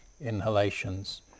inhalations